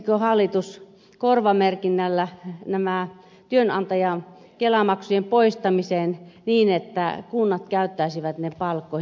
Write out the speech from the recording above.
merkitsikö hallitus korvamerkinnällä nämä työnantajan kelamaksujen poistamiseen tarkoitetut varat niin että kunnat käyttäisivät ne palkkoihin